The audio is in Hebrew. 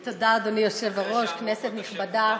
תודה, אדוני היושב-ראש, כנסת נכבדה,